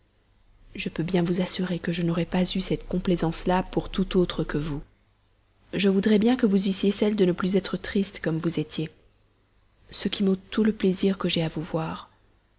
je peux bien vous assurer que je n'aurais pas eu cette complaisance là pour tout autre que vous je voudrais bien que vous eussiez celle de ne plus être triste comme vous étiez ce qui m'ôte tout le plaisir que j'ai à vous voir